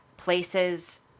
places